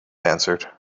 answered